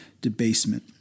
Debasement